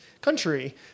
country